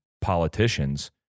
politicians